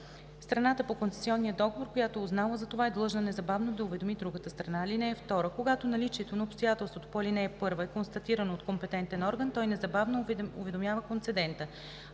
страната по концесионния договор, която е узнала за това, е длъжна незабавно да уведоми другата страна. (2) Когато наличието на обстоятелство по ал. 1 е констатирано от компетентен орган, той незабавно уведомява концедента.